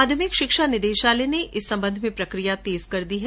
माध्यमिक शिक्षा निदेशालय ने संबंध में प्रक्रिया तेज कर दी है